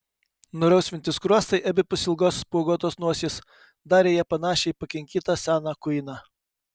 nurausvinti skruostai abipus ilgos spuoguotos nosies darė ją panašią į pakinkytą seną kuiną